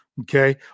Okay